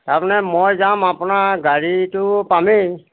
তাৰমানে মই যাম আপোনাৰ গাড়ীটো পামেই